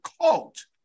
cult